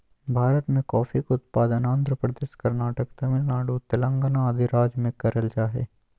भारत मे कॉफी के उत्पादन आंध्र प्रदेश, कर्नाटक, तमिलनाडु, तेलंगाना आदि राज्य मे करल जा हय